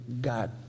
God